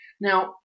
Now